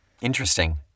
Interesting